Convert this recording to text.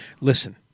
Listen